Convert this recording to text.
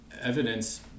evidence